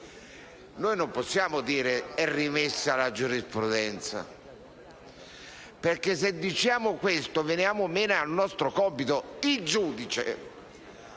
Noi non possiamo rimettere il giudizio alla giurisprudenza perché, se diciamo questo, veniamo meno al nostro compito: il giudice,